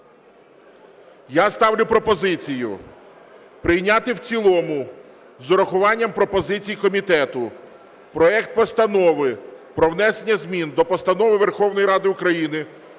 Я ставлю пропозицію прийняти в цілому з урахуванням пропозицій комітету проект Постанови про внесення змін до Постанови Верховної Ради України